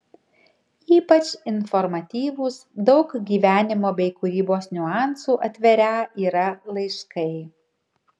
ypač informatyvūs daug gyvenimo bei kūrybos niuansų atverią yra laiškai